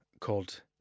called